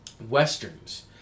westerns